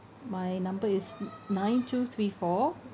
my number is n~ nine two three four